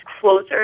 closer